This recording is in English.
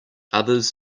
others